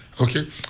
okay